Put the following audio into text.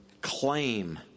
claim